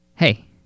Hey